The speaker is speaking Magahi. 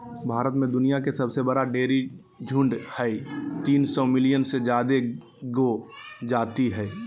भारत में दुनिया के सबसे बड़ा डेयरी झुंड हई, तीन सौ मिलियन से जादे गौ जाती हई